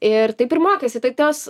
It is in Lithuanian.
ir taip ir mokaisi tai tos